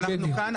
אנחנו כאן,